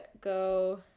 go